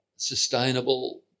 sustainable